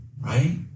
right